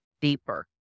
deeper